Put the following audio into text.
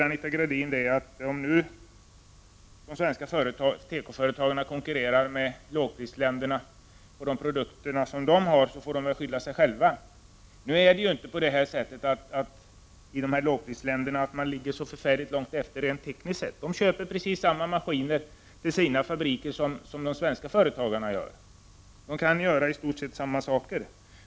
Anita Gradin säger att de svenska tekoföretagen, om de konkurrerar med lågprisländerna och deras produkter, får skylla sig själva. Nu ligger man inte så långt efter rent tekniskt i lågprisländerna. Där köper man precis samma maskiner till fabrikerna som de svenska företagarna. Man kan göra i stort sett samma saker.